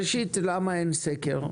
ראשית, למה אין סקר?